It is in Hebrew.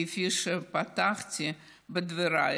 כפי שאמרתי בפתח דבריי,